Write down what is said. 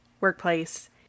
workplace